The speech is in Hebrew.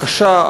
הקשה,